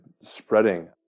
spreading